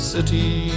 City